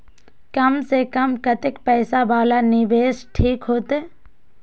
कम से कम कतेक पैसा वाला निवेश ठीक होते?